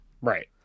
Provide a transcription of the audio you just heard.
Right